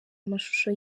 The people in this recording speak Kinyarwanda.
amashusho